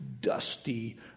dusty